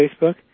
Facebook